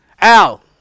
Al